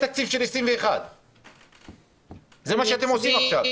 תקציב של 2021. זה מה שאתם עושים עכשיו.